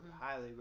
highly